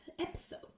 episode